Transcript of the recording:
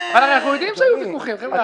אנחנו יודעים שהיו ויכוחים.